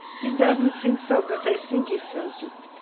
he doesn't think so, but i think he felt it